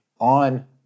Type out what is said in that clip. on